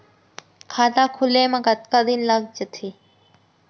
खाता खुले में कतका दिन लग जथे?